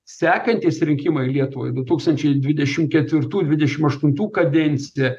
sekantys rinkimai lietuvoje du tūkstančiai dvidešimt ketvirtų dvidešimt aštuntų kadencija